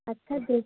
আচ্ছা দে